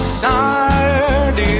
started